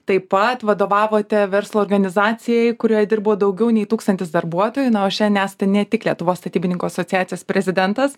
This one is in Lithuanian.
taip pat vadovavote verslo organizacijai kurioje dirbo daugiau nei tūkstantis darbuotojų na o šian esate ne tik lietuvos statybininkų asociacijos prezidentas